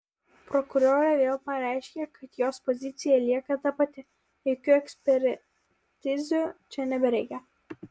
prokurorė vėl pareiškė kad jos pozicija lieka ta pati jokių ekspertizių čia nebereikia